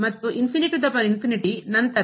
ಮತ್ತು ನಂತರ